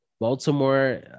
Baltimore